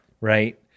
Right